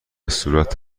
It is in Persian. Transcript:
صورت